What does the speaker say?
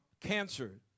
cancer